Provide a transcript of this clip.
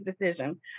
decision